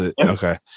Okay